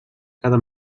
cada